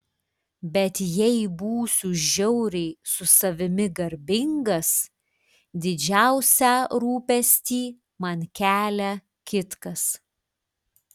bet jei būsiu žiauriai su savimi garbingas didžiausią rūpestį man kelia kitkas